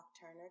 Turner